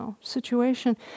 situation